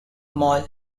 mall